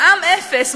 מע"מ אפס.